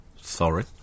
Sorry